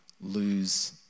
lose